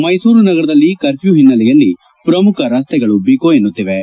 ಮೈಸೂರು ನಗರದಲ್ಲಿ ಕರ್ಫ್ಯೂ ಹಿನ್ನೆಲೆಯಲ್ಲಿ ಪ್ರಮುಖ ರಸ್ತೆಗಳು ಬಿಕೋ ಎನ್ನುತ್ತಿವೆ